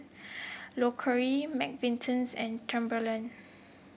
Loacker McVitie's and Timberland